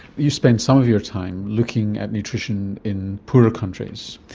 you spend some of your time looking at nutrition in poorer countries.